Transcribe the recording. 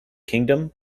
kingdom